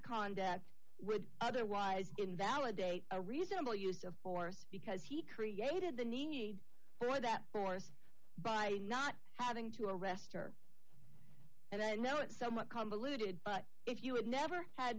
condit would otherwise invalidate a reasonable use of force because he created the need for that force by not having to arrest her and i know it's somewhat convoluted but if you had never had